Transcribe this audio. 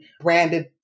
branded